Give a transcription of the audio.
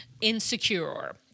insecure